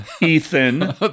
Ethan